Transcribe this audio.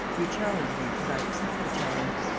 you challenge me, and i accept the challenge.